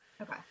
okay